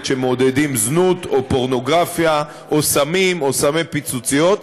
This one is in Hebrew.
שמעודדים זנות או פורנוגרפיה או סמים או סמי פיצוציות.